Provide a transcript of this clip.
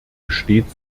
besteht